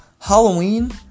Halloween